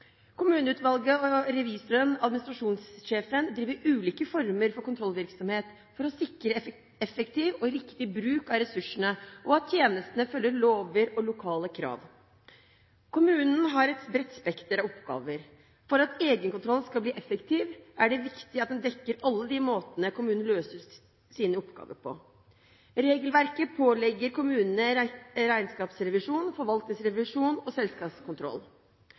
Kommuneutvalget, revisoren og administrasjonssjefen driver ulike former for kontrollvirksomhet for å sikre effektiv og riktig bruk av ressursene, og at tjenestene følger lover og lokale krav. Kommunene har et bredt spekter av oppgaver. For at egenkontrollen skal bli effektiv, er det viktig at den dekker alle de måtene kommunen løser sine oppgaver på. Regelverket pålegger kommunene regnskapsrevisjon, forvaltningsrevisjon og selskapskontroll.